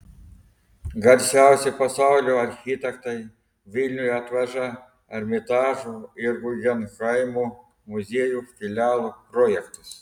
garsiausi pasaulio architektai vilniui atveža ermitažo ir gugenhaimo muziejų filialo projektus